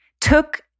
took